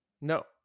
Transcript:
no